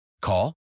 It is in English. Call